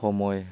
সময়